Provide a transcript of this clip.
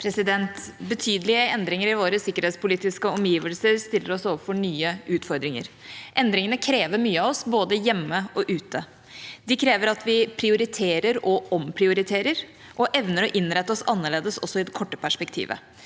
Betyde- lige endringer i våre sikkerhetspolitiske omgivelser stiller oss overfor nye utfordringer. Endringene krever mye av oss både hjemme og ute. De krever at vi prioriterer og omprioriterer og evner å innrette oss annerledes også i det korte perspektivet.